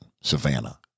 savannah